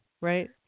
right